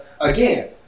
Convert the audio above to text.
again